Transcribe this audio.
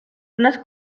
unas